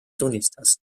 tunnistas